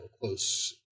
close